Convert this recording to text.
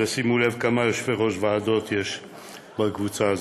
ושימו לב כמה יושבי-ראש ועדות יש בקבוצה הזאת.